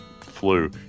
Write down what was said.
flu